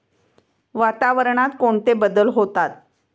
वातावरणात कोणते बदल होतात?